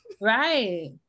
Right